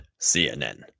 CNN